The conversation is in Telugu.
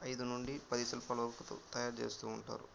ఐదు నుండి పది శిల్పాలు వరకు తయారు చేస్తూ ఉంటారు